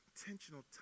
intentional